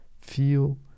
Feel